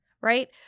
right